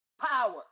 power